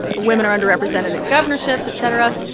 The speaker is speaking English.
ah women are underrepresented in governorships, et cetera.